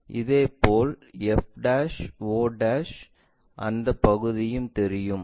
அதேபோல் f o அந்த பகுதியும் தெரியும்